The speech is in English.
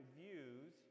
views